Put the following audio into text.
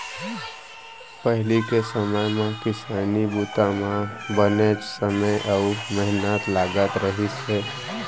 पहिली के समे म किसानी बूता म बनेच समे अउ मेहनत लागत रहिस हे